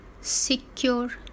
secure